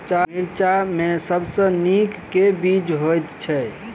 मिर्चा मे सबसँ नीक केँ बीज होइत छै?